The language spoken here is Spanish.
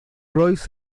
royce